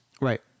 Right